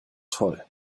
toll